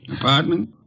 Apartment